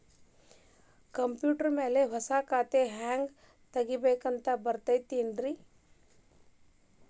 Computer ಮ್ಯಾಲೆ ಹೊಸಾ ಖಾತೆ ತಗ್ಯಾಕ್ ಬರತೈತಿ ಏನ್ರಿ?